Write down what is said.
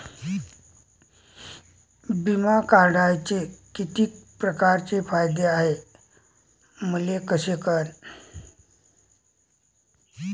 बिमा काढाचे कितीक परकारचे फायदे हाय मले कस कळन?